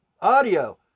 audio